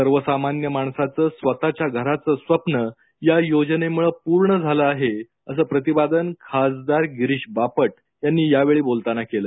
सर्वसामान्य माणसाचं स्वतःच्या घराचं स्वप्न या योजनेमुळे पूर्ण झालं आहे असं प्रतिपादन खासदार गिरिश बापट यांनी यावेळी बोलताना केलं